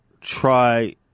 try